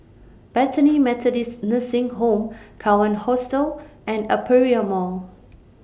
Bethany Methodist Nursing Home Kawan Hostel and Aperia Mall